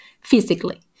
physically